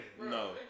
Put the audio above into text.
No